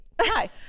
hi